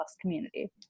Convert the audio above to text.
community